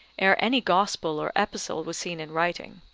ere any gospel or epistle was seen in writing.